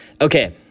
Okay